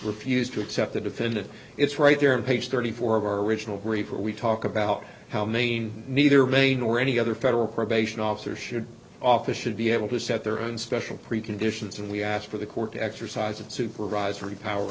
refused to accept the defendant it's right there in page thirty four of our original brief or we talk about how maine neither maine or any other federal probation officer should office should be able to set their own special preconditions and we ask for the court to exercise its supervisory power